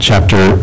Chapter